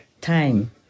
time